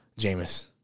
Jameis